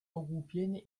ogłupienie